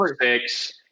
six